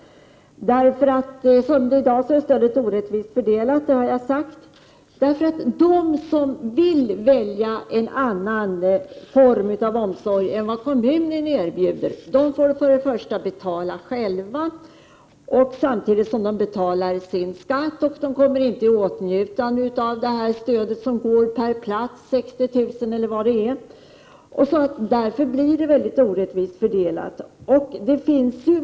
I dag är stödet orättvist fördelat, det har jag sagt. De som vill välja en annan form av omsorg än kommunen erbjuder får till att börja med betala själva samtidigt som de trots att de betalar sin skatt inte kommer i åtnjutande av det stöd som utgår per plats, 60 000 kr. eller vad det är.